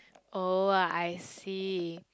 oh ah I see